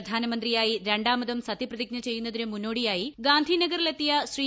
പ്രധാനമ്ത്തിയായി രണ്ടാമതും സത്യപ്രതിജ്ഞ ചെയ്യുന്നതിന് മുന്നോടിയായി ഗാന്ധിന്റഗറിലെത്തിയ ശ്രീ